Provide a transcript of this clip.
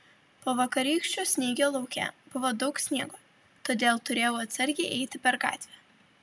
po vakarykščio snygio lauke buvo daug sniego todėl turėjau atsargiai eiti per gatvę